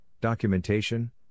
documentation